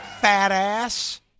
fat-ass